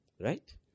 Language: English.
Right